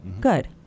Good